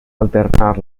alternar